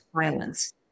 violence